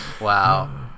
Wow